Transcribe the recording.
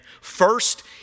First